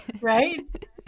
right